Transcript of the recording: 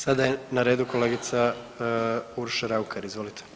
Sada je na redu kolegica Urša Raukar, izvolite.